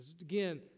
Again